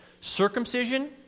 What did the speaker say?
Circumcision